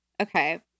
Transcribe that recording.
Okay